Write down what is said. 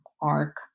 arc